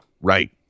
Right